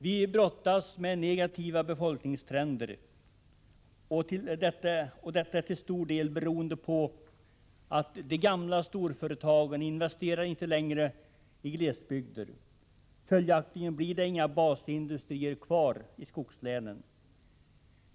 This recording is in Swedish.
Vi brottas med negativa befolkningstrender, och detta är till stor del beroende på att de gamla storföretagen inte längre investerar i glesbygder. Följaktligen blir det inga basindustrier kvar i skogslänen.